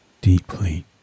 deeply